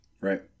Right